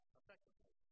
effectively